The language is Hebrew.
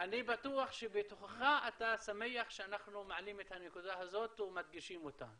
אני בטוח שבתוכך אתה שמח שאנחנו מעלים את הנקודה הזאת ומדגישים אותה.